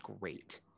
great